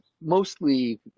mostly